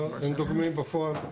לא, הם דוגמים בפועל.